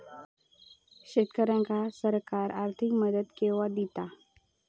शेतकऱ्यांका सरकार आर्थिक मदत केवा दिता?